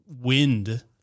wind